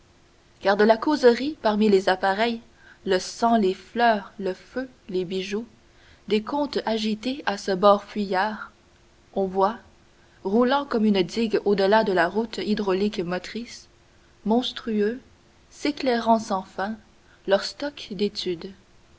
de la causerie parmi les appareils le sang les fleurs le feu les bijoux des comptes agités à ce bord fuyard on voit roulant comme une digue au-delà de la route hydraulique motrice monstrueux s'éclairant sans fin leur stock d'études